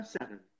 seven